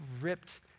ripped